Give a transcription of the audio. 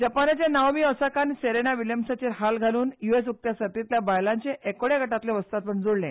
जपानाच्या नाओमी ओसाकान सेरेना विल्यमन्साचेर हार घालून युएस उक्त्या सर्तीतल्या बायलांचे एकोड्या गटातले वस्तादपण जोडले